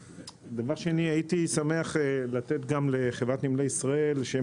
הייתי שמח לתת גם לחברת נמלי ישראל שהיא